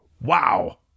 Wow